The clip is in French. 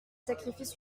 sacrifices